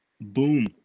Boom